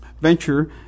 venture